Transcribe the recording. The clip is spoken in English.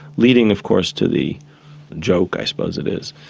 leading of course to the joke i suppose it is,